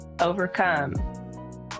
overcome